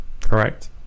correct